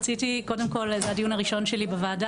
קודם כל זה הדיון הראשון שלי בוועדה,